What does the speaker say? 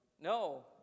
no